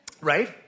Right